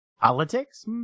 Politics